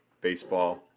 baseball